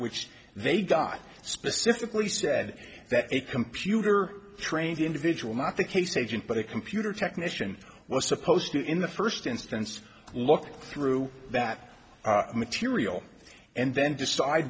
which they die specifically said that a computer trained individual not the case agent but a computer technician was supposed to in the first instance look through that material and then decide